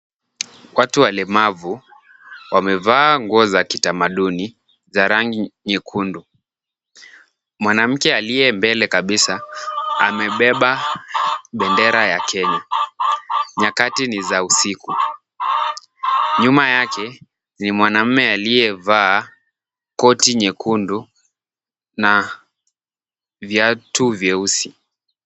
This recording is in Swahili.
Watu walemavu wamevaa nguo za kitamaduni za rangi nyekundu. Mwanamke aliye mbele kabisa, amebeba bendera ya kenya. Nyakati ni za usiku. Nyuma yake ni mwanaume aliyevaa koti nyekundu na viatu vyeusi.